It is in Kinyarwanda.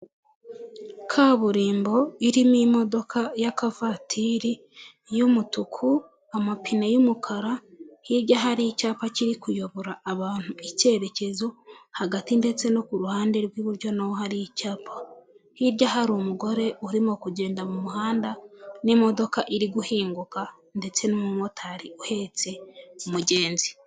Kaburimbo irimo irimo akamodoka ya aka vatiri y'umutuku amapine yumukara hijya hari icyapa kiri kuyobora abantu icyerekezo hagati ndetse no ku ruhande rw'iburyo naho hari icyapa hirya hari umugore urimo kugenda mu muhanda n'imodoka iri guhinguka ndetse n'umumotari uhetse umugenzi.